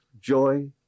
joy